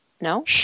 No